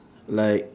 like